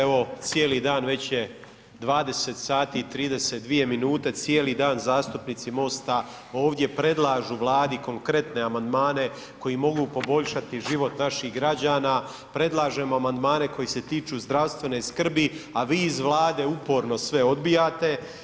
Evo cijeli dan već je 20 sati i 32 minute, cijeli dan zastupnici MOST-a ovdje predlažu Vladi konkretne amandmane koji mogu poboljšati život naših građana, predlažemo amandmane koji se tiču zdravstven skrbi a vi iz Vlade uporno sve odbijate.